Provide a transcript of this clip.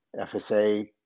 FSA